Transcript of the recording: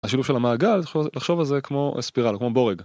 השילוב של המעגל, לחשוב על זה כמו ספירלה, כמו בורג.